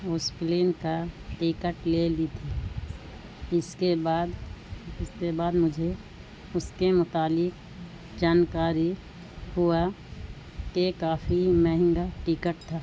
اس plane کا ticket لے لی تھی اس کے بعد اس کے بعد مجھے اس کے متعلق جانکاری ہوا کہ کافی مہنگا ٹکٹ تھا